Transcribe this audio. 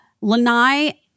Lanai